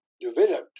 developed